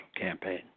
campaign